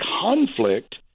conflict